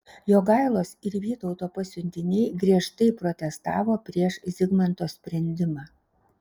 jogailos ir vytauto pasiuntiniai griežtai protestavo prieš zigmanto sprendimą